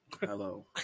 Hello